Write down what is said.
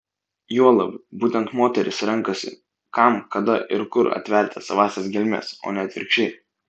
juolab būtent moteris renkasi kam kada ir kur atverti savąsias gelmes o ne atvirkščiai